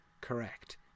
correct